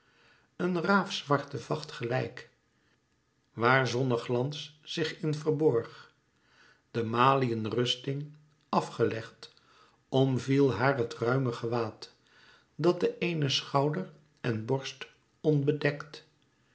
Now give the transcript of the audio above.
een raafzwarte vacht gelijk waar zonneglans zich in verborg de maliënrusting af gelegd omviel haar het ruime gewaad dat den eenen schouder en borst onbedekt